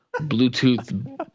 Bluetooth